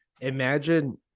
imagine